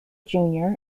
junior